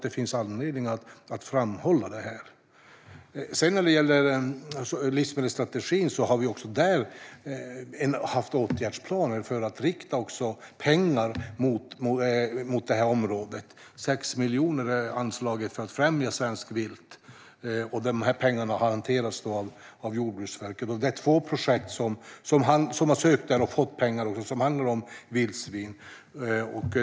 Det finns anledning att framhålla det. När det gäller livsmedelsstrategin har vi också där haft åtgärdsplaner för att rikta pengar mot området. Det är anslaget 6 miljoner för att främja svensk vilt. De här pengarna hanteras av Jordbruksverket. Det är två projekt som har sökt och fått pengar som handlar om vildsvin.